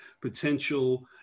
potential